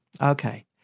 okay